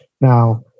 now